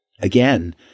again